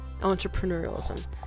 entrepreneurialism